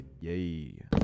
yay